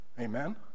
Amen